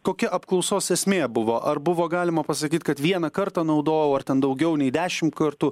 kokia apklausos esmė buvo ar buvo galima pasakyt kad vieną kartą naudojau ar ten daugiau nei dešim kartų